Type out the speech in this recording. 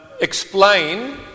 explain